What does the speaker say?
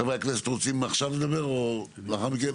חברי הכנסת רוצים עכשיו לדבר או לאחר מכן?